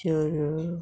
शर्र